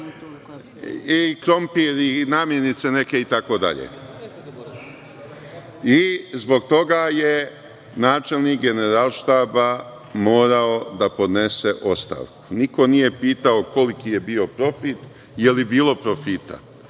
i krompir i namirnice neke itd. Zbog toga je načelnik Generalštaba morao da podnese ostavku. Niko nije pitao koliki je bio profit, je li bilo profita,